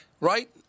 Right